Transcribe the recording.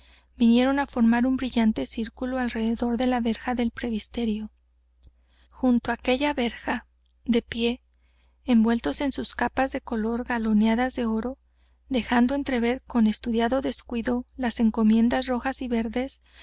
vinieron á formar un brillante círculo alrededor de la verja del presbiterio junto á aquella verja de pie envueltos en sus capas de color galoneadas de oro dejando entrever con estudiado descuido las encomiendas rojas y verdes